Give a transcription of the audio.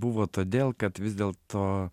buvo todėl kad vis dėlto